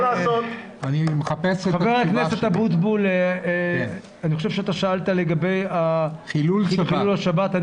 ח"כ אבוטבול, שאלת לגבי חילול השבת.